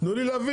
תנו לי להבין.